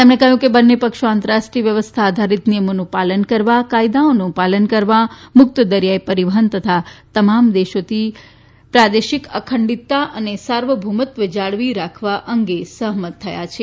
તેમણે કહ્યું કે બંને પક્ષો આંતરરાષ્ટ્રીય વ્યવસ્થા આધારિત નિયમોનું પાલન કરવા કાયદાઓનું પાલન કરવા મુકત દરીયાઇ પરીવહન અને તમામ દેશોની પ્રાદેશિક અખંડિતતા તથા સાર્વભોમત્વ જાળવી રાખવા અંગે સહમત થયા છે